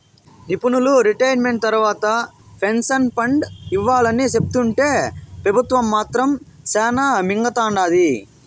నిపునులు రిటైర్మెంట్ తర్వాత pension fund ఇవ్వాలని సెప్తుంటే పెబుత్వం మాత్రం శానా మింగతండాది